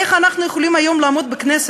איך אנחנו יכולים היום לעמוד בכנסת,